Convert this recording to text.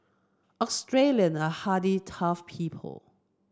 Australian are hardy tough people